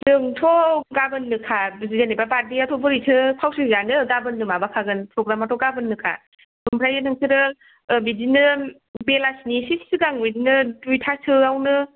जोंथ' गाबोननोखा जेनेबा बार्थदेआथ' बोरैथो फावसयजानो गाबोननो माबाखागोन प्रग्रामाथ' गाबोननोखा ओमफ्राय नोंसोरो ओ बिदिनो बेलासिनि इसे सिगां बिदिनो दुइतासोआवनो